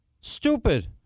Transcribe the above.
Stupid